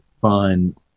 fun